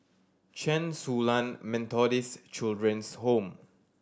Chen Su Lan Methodist Children's Home